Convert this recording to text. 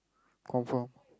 confirm